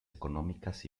económicas